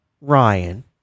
Ryan